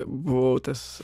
buvau tas